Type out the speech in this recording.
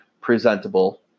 presentable